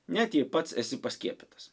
net jei pats esi paskiepytas